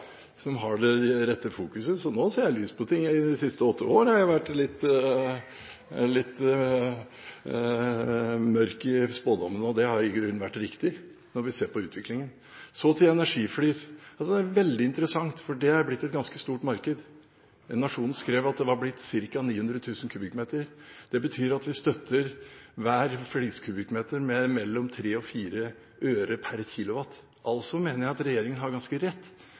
som har det rette fokuset, så nå ser jeg lyst på ting. Det er de siste åtte år jeg har vært litt mørk i spådommene, og det har i grunnen vært riktig, når vi ser på utviklingen. Så til energiflis. Det er veldig interessant, for det er blitt et ganske stort marked. Nationen skrev at det var blitt ca. 900 000 kubikkmeter. Det betyr at vi støtter hver fliskubikkmeter med mellom tre og fire øre per kilowatt – altså mener jeg at regjeringen har ganske rett